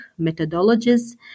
methodologies